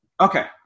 Okay